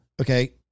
Okay